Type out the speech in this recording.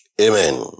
Amen